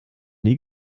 nie